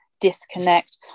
disconnect